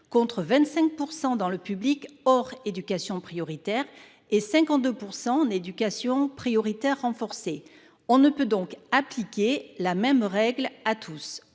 contre, dans le public, 25 % hors éducation prioritaire et 52 % en éducation prioritaire renforcée. On ne saurait donc appliquer la même règle à tous.